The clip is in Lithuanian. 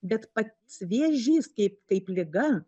bet pats vėžys kaip kaip liga